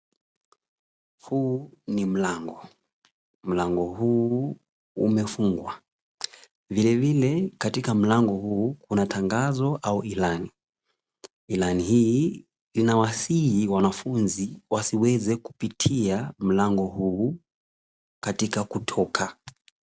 Huu ni mlango, mlango huu umefungwa, vilevile katika mlango huu kuna tangazo au ilani, ilani hii inawasihi wanafunzi wasiweze kupitia mlango huu katika kutoka.